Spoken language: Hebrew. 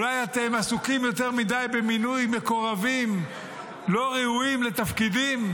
שאולי אתם עסוקים יותר מדי במינוי מקורבים לא ראויים לתפקידים?